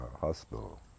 hospital